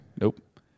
Nope